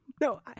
no